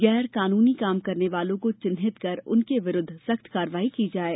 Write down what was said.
गैर कानूनी काम करने वालो को चिन्हित कर उनके विरूद्व सख्त कार्यवाई की जाये